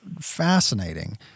fascinating